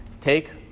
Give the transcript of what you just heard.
Take